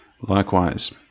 Likewise